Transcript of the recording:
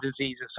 diseases